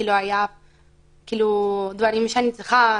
דברים שאני צריכה,